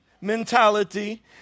mentality